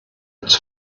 its